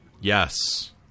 Yes